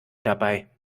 dabei